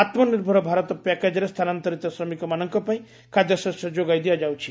ଆତ୍ମନିର୍ଭର ଭାରତ ପ୍ୟାକେଜ୍ରେ ସ୍ଥାନାନ୍ତରିତ ଶ୍ରମିକମାନଙ୍କ ପାଇଁ ଖାଦ୍ୟଶସ୍ୟ ଯୋଗାଇ ଦିଆଯାଉଛି